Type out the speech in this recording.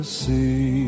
see